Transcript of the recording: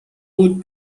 بود